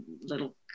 little